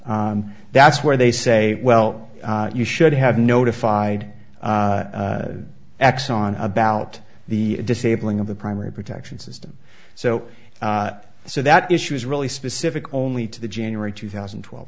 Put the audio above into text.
and that's where they say well you should have notified x on about the disabling of the primary protection system so so that issue is really specific only to the january two thousand and twelve